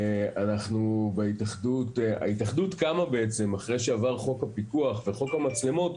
ההתאחדות קמה אחרי שעבר חוק הפיקוח וחוק המצלמות.